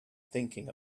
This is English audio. thinking